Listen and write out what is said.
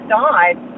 died